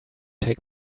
take